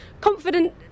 confident